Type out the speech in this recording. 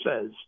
says